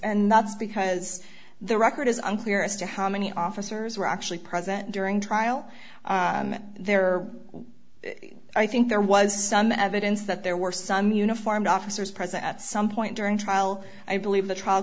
and because the record is unclear as to how many officers were actually present during trial there i think there was some evidence that there were some uniformed officers present at some point during trial i believe the trial